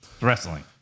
Wrestling